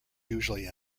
usually